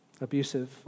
abusive